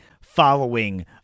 following